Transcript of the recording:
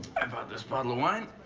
i bought this bottle of wine,